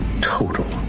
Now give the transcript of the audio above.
Total